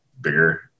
bigger